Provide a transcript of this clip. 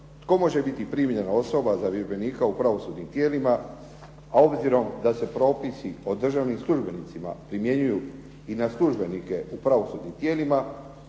tko može biti primljena osoba za vježbenika u pravosudnim tijelima a obzirom da se propisi o državnim službenicima primjenjuju i na službenike u pravosudnim tijelima